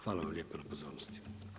Hvala vam lijepa na pozornosti.